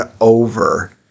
over